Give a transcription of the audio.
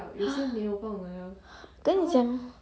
!huh! 跟你讲